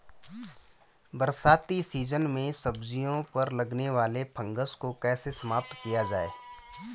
बरसाती सीजन में सब्जियों पर लगने वाले फंगस को कैसे समाप्त किया जाए?